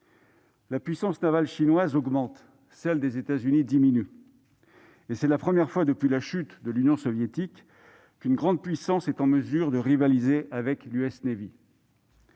La puissance navale chinoise augmente, celle des États-Unis diminue. C'est la première fois depuis la chute de l'Union soviétique qu'une grande puissance est en mesure de rivaliser avec l'US Navy.